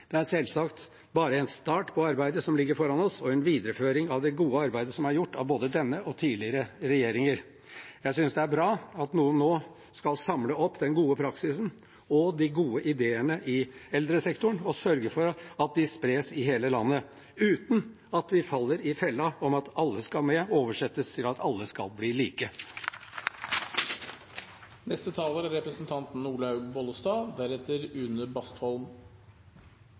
Det er selvsagt bare en start på arbeidet som ligger foran oss, og en videreføring av det gode arbeidet som er gjort, av både denne og tidligere regjeringer. Jeg synes det er bra at noen nå skal samle opp den gode praksisen og de gode ideene i eldresektoren og sørge for at de spres i hele landet, uten at vi faller i den fella at «alle skal med» oversettes til «alle skal bli like». En velfungerende eldreomsorg er